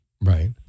Right